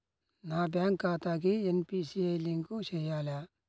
నా బ్యాంక్ ఖాతాకి NPCI link చేయాలా?